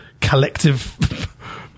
collective